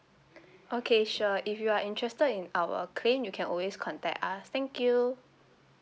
okay sure if you are interested in our claim you can always contact us thank you